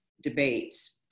debates